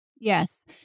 Yes